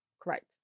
correct